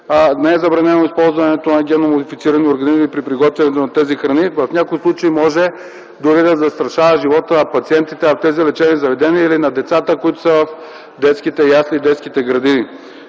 не е забранено използването на генно модифицирани организми при приготвянето на тези храни, това в някои случаи дори може да застраши живота на пациентите в тези лечебни заведения или на децата в детските ясли и детските градини.